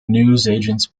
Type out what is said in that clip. newsagent’s